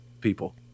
people